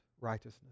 righteousness